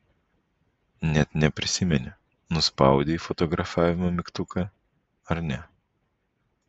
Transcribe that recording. net neprisimeni nuspaudei fotografavimo mygtuką ar ne